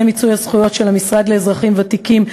מיצוי הזכויות של המשרד לאזרחים ותיקים,